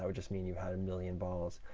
ah just mean you had a million balls.